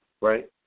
right